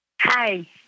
hi